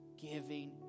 giving